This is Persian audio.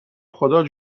خدا